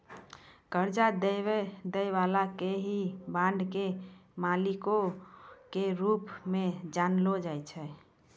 कर्जा दै बाला के ही बांड के मालिको के रूप मे जानलो जाय छै